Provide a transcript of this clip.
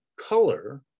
color